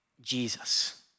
Jesus